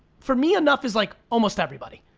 for me, enough is like almost everybody,